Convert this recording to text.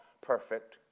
perfect